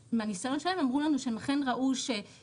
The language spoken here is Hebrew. ומהניסיון שלהם הם אמרו לנו שהם אכן ראו שיש